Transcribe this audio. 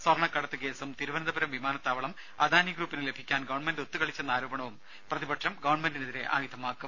സ്വർണക്കടത്തുകേസും തിരുവനന്തപുരം വിമാനത്താവളം അദാനി ഗ്രൂപ്പിന് ലഭിക്കാൻ ഗവൺമെന്റ് ഒത്തുകളിച്ചെന്ന ആരോപണവും പ്രതിപക്ഷം ഗവൺമെന്റിനെതിരെ ആയുധമാക്കും